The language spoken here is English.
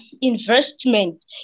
investment